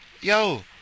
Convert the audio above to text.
Yo